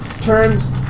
turns